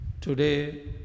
today